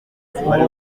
wari